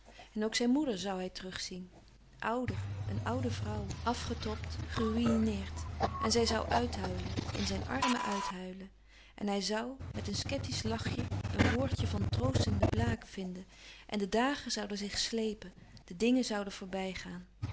en ook zijn moeder zoû hij terugzien ouder een oude vrouw afgetobd geruïneerd en zij zoû uithuilen in zijn armen uithuilen en hij zoû met een sceptiesch lachje een woordje van troostende blague vinden en de dagen zouden zich slepen de dingen zouden voorbijgaan